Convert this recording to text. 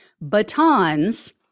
batons